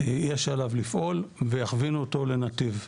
יש עליו לפעול ויכווינו אותו לנתיב.